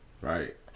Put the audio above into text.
Right